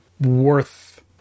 worth